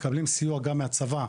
מקבלים סיוע גם מהצבא,